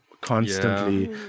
constantly